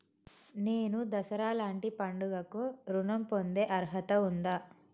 నేను దసరా లాంటి పండుగ కు ఋణం పొందే అర్హత ఉందా?